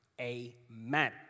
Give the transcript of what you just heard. Amen